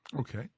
Okay